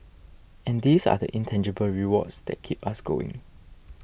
and these are the intangible rewards that keep us going